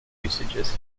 usages